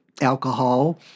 alcohol